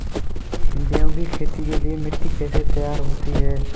गेहूँ की खेती के लिए मिट्टी कैसे तैयार होती है?